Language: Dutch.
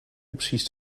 opties